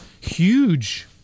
huge